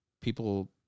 people